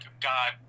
God